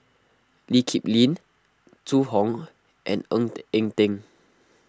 Lee Kip Lin Zhu Hong and Ng Eng Teng